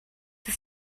his